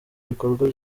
ibikorwa